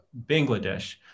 Bangladesh